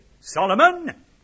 Solomon